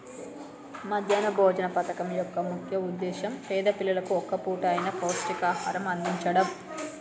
మధ్యాహ్న భోజన పథకం యొక్క ముఖ్య ఉద్దేశ్యం పేద పిల్లలకు ఒక్క పూట అయిన పౌష్టికాహారం అందిచడం